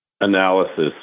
analysis